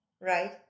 right